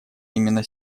именно